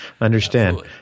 Understand